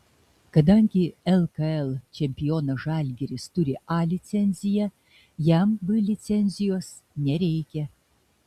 kadangi lkl čempionas žalgiris turi a licenciją jam b licencijos nereikia